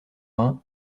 vingt